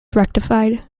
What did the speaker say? rectified